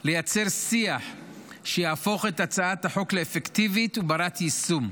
לייצר שיח שיהפוך את הצעת החוק לאפקטיבית ובת יישום.